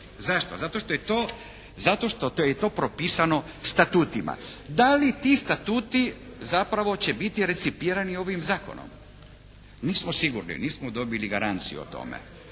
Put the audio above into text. Zašto? Zato što je to propisano statutima. Da li ti statuti zapravo će biti recipirani ovim zakonom? Nismo sigurni. Nismo dobili garanciju o tome.